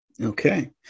Okay